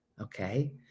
okay